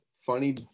funny